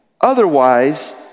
Otherwise